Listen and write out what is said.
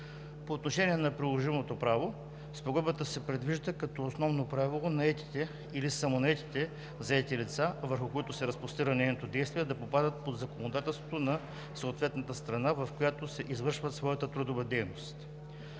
По отношение на приложимото право Спогодбата предвижда като основно правило наетите или самостоятелно заетите лица, върху които се разпростира нейното действие, да попадат под законодателството на съответната страна, в която извършват своята трудова дейност.